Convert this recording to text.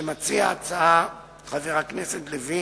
שמציע ההצעה, חבר הכנסת לוין,